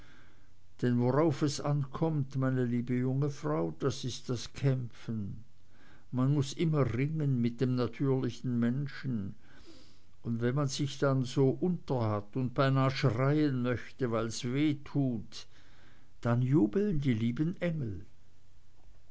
denn worauf es ankommt meine liebe junge frau das ist das kämpfen man muß immer ringen mit dem natürlichen menschen und wenn man sich dann so unter hat und beinah schreien möchte weil's weh tut dann jubeln die lieben engel